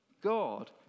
God